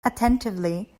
attentively